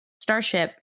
starship